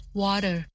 water